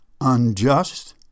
unjust